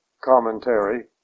commentary